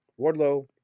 wardlow